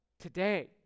today